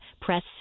press